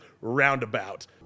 Roundabout